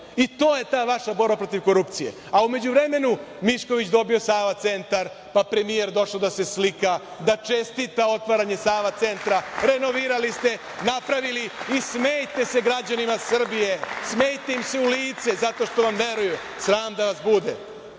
To je ta vaša borba protiv korupcije. A u međuvremenu, Mišković dobija "Sava centar", premijer došao da se slika, da čestita otvaranje "Sava centra", renovirali ste, napravili i smejete se građanima Srbije, smejete im se u lice, zato što vam veruju. Sram da vas